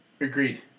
Agreed